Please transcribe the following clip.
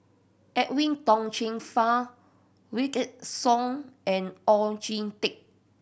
Edwin Tong Chun Fai Wykidd Song and Oon Jin Teik